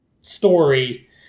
story